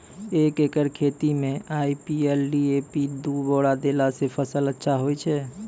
एक एकरऽ खेती मे आई.पी.एल डी.ए.पी दु बोरा देला से फ़सल अच्छा होय छै?